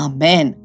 Amen